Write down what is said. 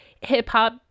hip-hop